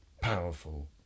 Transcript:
powerful